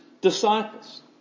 disciples